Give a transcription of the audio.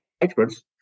experts